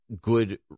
good